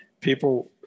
people